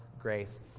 grace